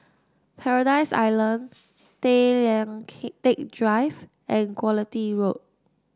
Paradise Island Tay Lian Teck Drive and Quality Road